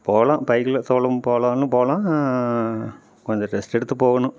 போகலாம் பைக்கில் போகலானு போகலாம் கொஞ்சம் ரெஸ்ட் எடுத்து போகணும்